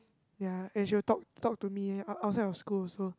ya and she will talk talk to me out outside of school also